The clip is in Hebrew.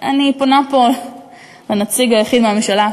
אני פונה פה לנציג היחיד מהממשלה,